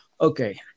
okay